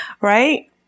right